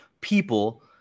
people